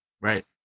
Right